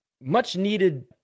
much-needed